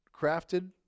crafted